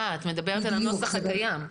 אה, את מדברת על הנוסח הקיים.